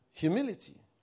Humility